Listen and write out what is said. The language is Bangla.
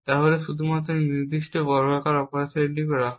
তাহলে শুধুমাত্র এই নির্দিষ্ট বর্গাকার অপারেশনটি করা হয়